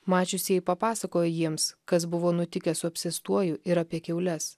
mačiusieji papasakojo jiems kas buvo nutikę su apsėstuoju ir apie kiaules